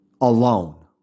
alone